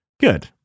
good